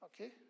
Okay